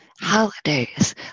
holidays